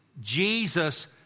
Jesus